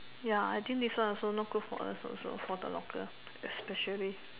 ya I think this one also not good for us also for the long term especially